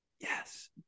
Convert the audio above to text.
Yes